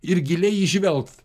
ir giliai įžvelgt